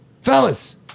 fellas